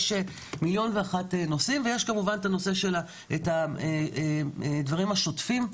יש מיליון נושאים ויש כמובן את הנושא של הדברים השוטפים.